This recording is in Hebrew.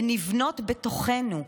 הן נבנות בתוכנו,